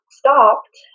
stopped